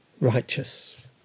righteous